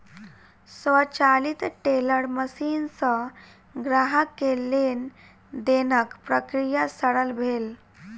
स्वचालित teller machine सॅ ग्राहक के लेन देनक प्रक्रिया सरल भेल